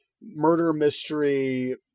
murder-mystery